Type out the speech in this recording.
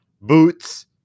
boots